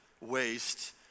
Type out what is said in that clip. waste